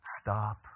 stop